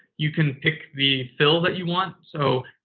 you can pick the fill that you want. so,